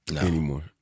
anymore